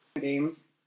Games